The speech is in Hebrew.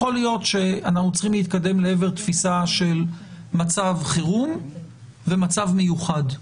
יכול להיות שאנחנו צריכים להתקדם לעבר תפיסה של מצב חירום ומצב מיוחד.